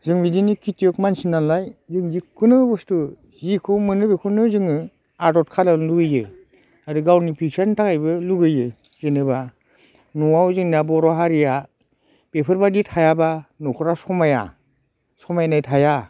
जों बिदिनो खिथियक मानसिनालाय जों जिखुनु बुस्थु जिखौ मोनो बेखौनो जोङो आदद खालायनो लुगैयो आरो गावनि फैसानि थाखायबो लुगैयो जेनोबा न'आव जोंना बर' हारिया बेफोरबादि थायाब्ला न'खरा समाया समायनाय थाया